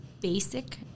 basic